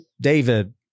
David